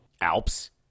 Alps